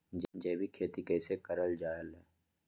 जैविक खेती कई से करल जाले?